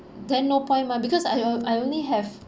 then no point mah because I on~ I only have